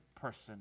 person